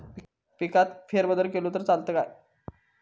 पिकात फेरबदल केलो तर चालत काय?